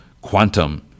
quantum